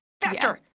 faster